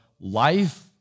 life